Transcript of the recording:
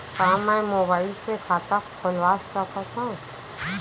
का मैं मोबाइल से खाता खोलवा सकथव?